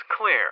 clear